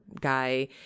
guy